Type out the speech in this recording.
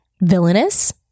Villainous